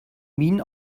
minen